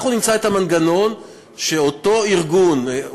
אנחנו נמצא את המנגנון שאותו ארגון,